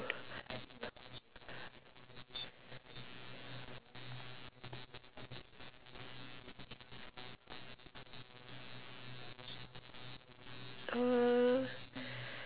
uh